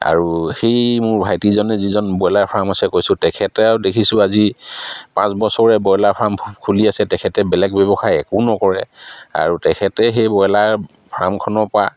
আৰু সেই মোৰ ভাইটিজনে যিজন ব্ৰইলাৰ ফাৰ্ম আছে কৈছোঁ তেখেতেও দেখিছোঁ আজি পাঁচ বছৰে ব্ৰইলাৰ ফাৰ্ম খুলি আছে তেখেতে বেলেগ ব্যৱসায় একো নকৰে আৰু তেখেতে সেই ব্ৰইলাৰ ফাৰ্মখনৰপৰা